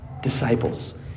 disciples